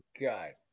god